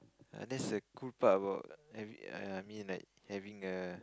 uh that's the cool part about having err I mean like having a